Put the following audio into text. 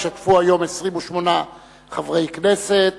השתתפו היום 28 חברי כנסת,